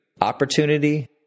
opportunity